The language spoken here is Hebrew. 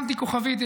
שמתי כוכבית,